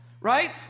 Right